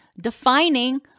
Defining